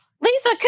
Lisa